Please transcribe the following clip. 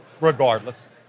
regardless